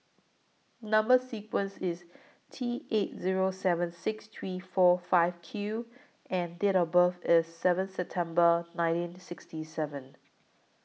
Number sequence IS T eight Zero seven six three four five Q and Date of birth IS seventh September nineteen sixty seven